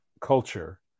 culture